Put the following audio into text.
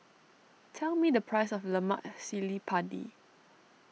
tell me the price of Lemak Cili Padi